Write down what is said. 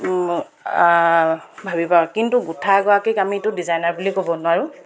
ভাবি পাওঁ কিন্তু গোঁঠাগৰাকীক আমিতো ডিজাইনাৰ বুলি ক'ব নোৱাৰোঁ